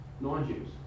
Non-Jews